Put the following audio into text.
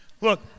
Look